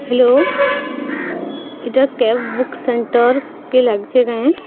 hello ଏଇଟା cab book centre କେ ଲାଗିଛି କାଏଁ